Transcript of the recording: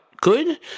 good